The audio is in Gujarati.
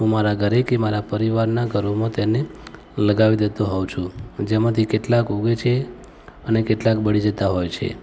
હું મારા ઘરે કે મારા પરિવારનાં ઘરોમાં તેને લગાવી દેતો હોઉં છું જેમાંથી કેટલાક ઊગે છે અને કેટલાક બળી જતાં હોય છે